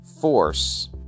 force